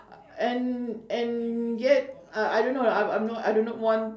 and and yet I I don't know I'm I'm no I do not want